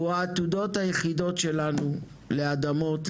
הוא העתודות היחידות שלנו לאדמות,